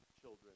children